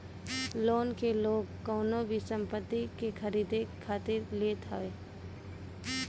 loan के लोग कवनो भी संपत्ति के खरीदे खातिर लेत हवे